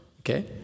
okay